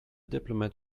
diplomat